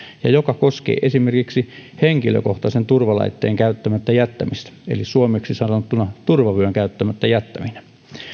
ja joka koskee esimerkiksi henkilökohtaisen turvalaitteen käyttämättä jättämistä eli suomeksi sanottuna turvavyön käyttämättä jättämistä